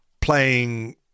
playing